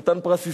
חתן פרס ישראל,